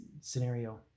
scenario